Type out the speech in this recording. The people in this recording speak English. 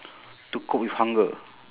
to cook with hunger